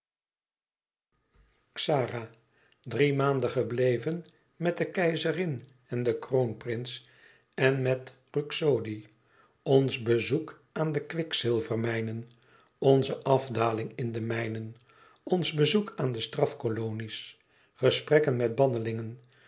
drie maanden gebleven met de keizerin en den kroonprins en met ruxodi ons bezoek aan de kwikzilvermijnen onze afdaling in de mijnen ons bezoek aan de straf kolonie's gesprekken met bannelingen